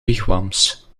wigwams